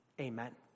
Amen